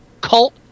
cult